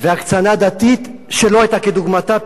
והקצנה דתית שלא היתה כדוגמתה,